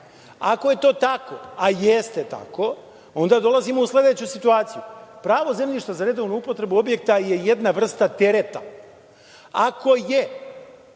je to tako, a jeste tako, onda dolazimo u sledeću situaciju. Pravo zemljišta za redovnu upotrebu objekta je jedna vrsta tereta. Ako je